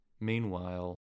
Meanwhile